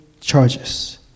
charges